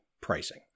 pricing